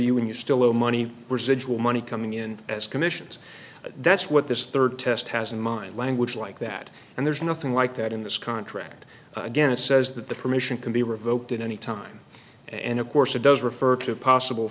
you and you still owe money residual money coming in as commissions that's what this third test has in mind language like that and there's nothing like that in this contract again it says that the permission can be revoked at any time and of course it does refer to possible